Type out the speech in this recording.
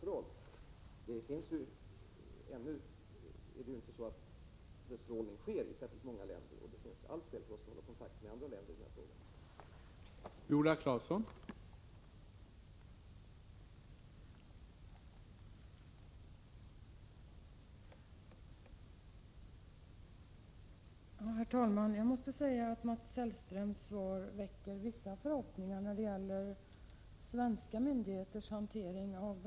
Ännu är det ju inte så att bestrålning sker i särskilt många länder, och det finns allt skäl för oss att hålla kontakt med andra länder i den här frågan.